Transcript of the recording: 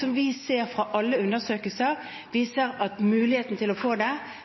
vi ser fra alle undersøkelser at muligheten til å få